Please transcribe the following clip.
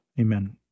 Amen